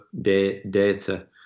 data